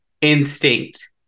instinct